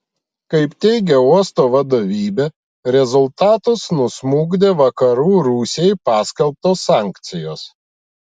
kaip teigia uosto vadovybė rezultatus nusmukdė vakarų rusijai paskelbtos sankcijos